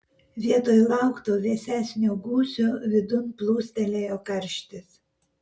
vietoj laukto vėsesnio gūsio vidun plūstelėjo karštis